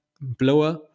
blower